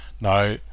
Now